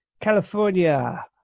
california